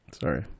Sorry